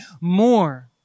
more